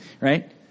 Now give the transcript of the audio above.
right